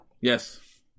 Yes